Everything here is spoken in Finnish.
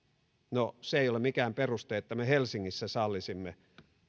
no se ei ole mikään peruste että me helsingissä sallisimme